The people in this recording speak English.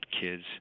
kids